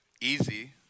easy